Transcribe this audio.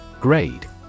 Grade